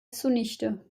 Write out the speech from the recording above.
zunichte